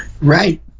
Right